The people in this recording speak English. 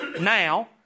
now